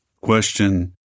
Question